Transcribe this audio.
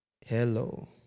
Hello